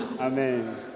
Amen